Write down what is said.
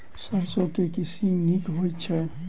सैरसो केँ के किसिम नीक होइ छै?